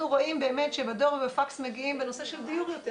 אנחנו רואים שבדואר ובפקס מגיעים בנושא של דיור יותר,